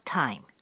time